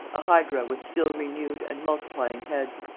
a hydra with still renewed and multiplying heads.